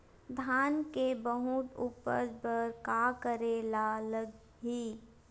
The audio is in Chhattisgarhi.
धान के बहुत उपज बर का करेला लगही?